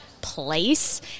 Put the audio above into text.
place